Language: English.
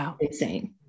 insane